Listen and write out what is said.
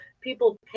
People